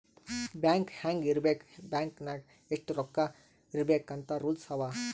bank ಹ್ಯಾಂಗ್ ಇರ್ಬೇಕ್ bank ನಾಗ್ ಎಷ್ಟ ರೊಕ್ಕಾ ಇರ್ಬೇಕ್ ಅಂತ್ ರೂಲ್ಸ್ ಅವಾ